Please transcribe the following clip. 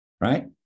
right